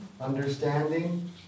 understanding